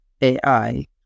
AI